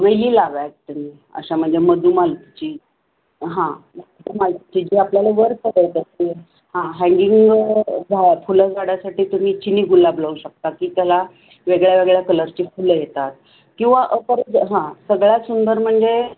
वेली लावाव्यात तुम्ही अशा म्हणजे मधुमालतीची हां मधुमालतीची जी आपल्याला वरपर्यंत असते हां हँगिंग झा फुलं झाडासाठी तुम्ही चिनी गुलाब लावू शकता की त्याला वेगळ्या वेगळ्या कलरची फुलं येतात किंवा अपरत हां सगळ्यात सुंदर म्हणजे